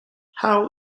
how